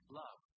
love